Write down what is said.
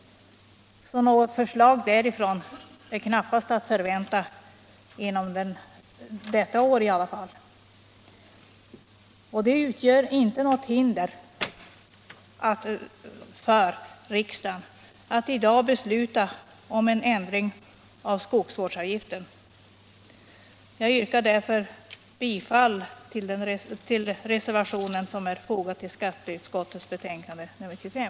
Något förslag därifrån är knappast att förvänta detta år i alla fall. Det utgör inte något hinder för riksdagen att i dag besluta om en ändring av skogsvårdsavgiften. Jag yrkar därför bifall till reservationen som är fogad till skatteutskottets betänkande nr 25.